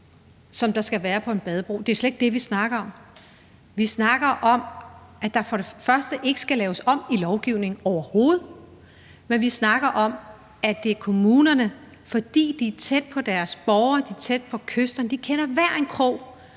der skal være på en badebro, må jeg sige, at det slet ikke er det, som vi snakker om. Vi snakker for det første overhovedet ikke om, at der skal laves om i lovgivningen, men vi snakker om, at det er kommunerne, fordi de er tætte på deres borgere, de er tætte på kysterne, og de kender hver en krog,